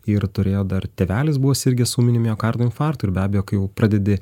ir turėjo dar tėvelis buvo sirgęs ūminiu miokardo infarktu ir be abejo kai jau pradedi